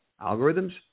algorithms